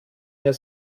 mehr